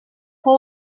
fou